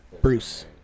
Bruce